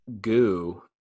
goo